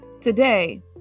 today